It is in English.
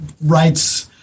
rights